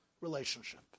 relationship